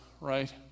right